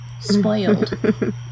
spoiled